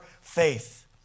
faith